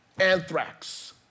anthrax